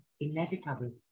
inevitable